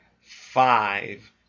five